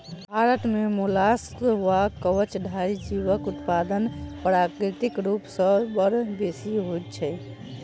भारत मे मोलास्कक वा कवचधारी जीवक उत्पादन प्राकृतिक रूप सॅ बड़ बेसि होइत छै